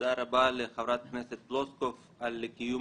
תודה רבה לחברת הכנסת פלוסקוב על קיום